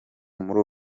muri